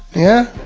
yeah.